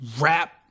rap